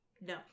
No